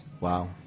Wow